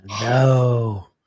No